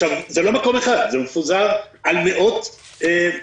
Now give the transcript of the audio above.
עכשיו, זה לא מקום אחד, זה מפוזר על מאות מוסדות,